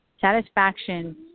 Satisfaction